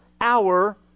hour